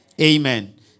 Amen